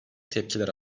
tepkiler